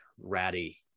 ratty